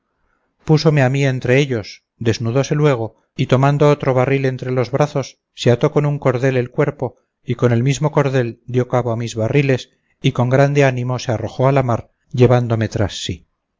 púsome a mí entre ellos desnudóse luego y tomando otro barril entre los brazos se ató con un cordel el cuerpo y con el mismo cordel dio cabo a mis barriles y con grande ánimo se arrojó a la mar llevándome tras sí